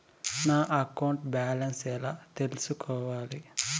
నా account balance ఎలా తెల్సుకోవాలి